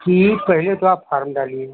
पहले तो आप फारम डालिए